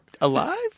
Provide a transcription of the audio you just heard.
alive